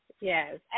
Yes